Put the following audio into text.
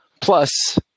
plus